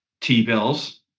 T-bills